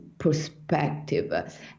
perspective